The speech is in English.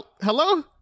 hello